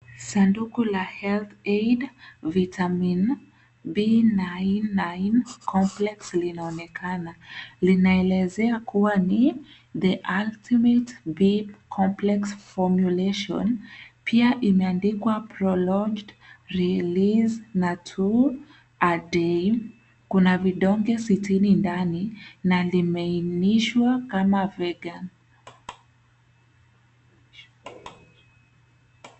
Sanduku la HealthAid Vitamin B99 Complex linaonekana. Linaelezea kuwa ni The Ultimate B complex Formulation pia imeandikwa Prolonged release na Two A Day . Kuna vidonge sitini ndani na limeinishwa kama vegan .